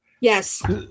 Yes